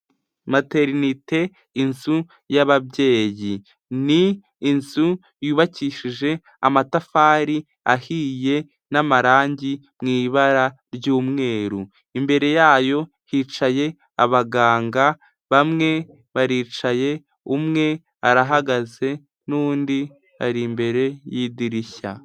Materinite inzu y'ababyeyi. Ni inzu yubakishije amatafari ahiye n'amarangi mu ibara ry'umweru. Imbere yayo hicaye abaganga. Bamwe baricaye, umwe arahagaze n'undi ari imbere y'idirishya